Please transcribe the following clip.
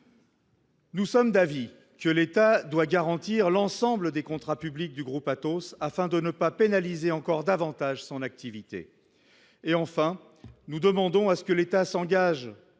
Nous sommes d’avis que l’État doit garantir l’ensemble des contrats publics du groupe Atos, afin de ne pas pénaliser encore davantage son activité. Enfin, nous demandons que l’État s’engage,